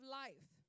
life